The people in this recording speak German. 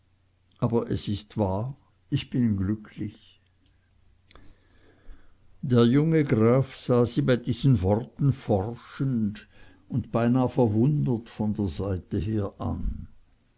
aber es ist wahr ich bin glücklich der junge graf sah sie bei diesen worten forschend und beinah verwundert von der seite her an